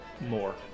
more